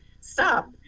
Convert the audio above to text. stop